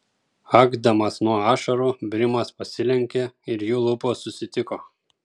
akdamas nuo ašarų brimas pasilenkė ir jų lūpos susitiko